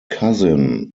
cousin